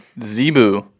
Zebu